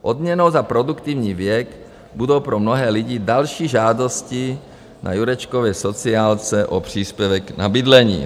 Odměnou za produktivní věk budou pro mnohé lidi další žádosti na Jurečkově sociálce o příspěvek na bydlení.